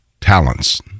talents